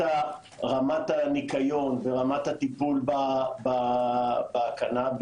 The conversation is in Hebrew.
רמת הניקיון ורמת הטיפול במוצרים,